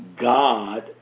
God